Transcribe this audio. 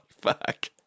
fuck